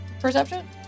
Perception